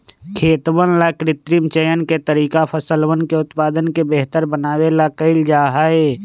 खेतवन ला कृत्रिम चयन के तरीका फसलवन के उत्पादन के बेहतर बनावे ला कइल जाहई